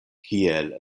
kiel